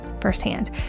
firsthand